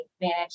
manage